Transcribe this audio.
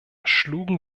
schlugen